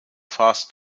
first